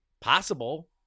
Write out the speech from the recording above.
possible